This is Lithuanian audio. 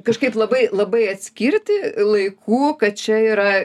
kažkaip labai labai atskirti laikų kad čia yra